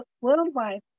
worldwide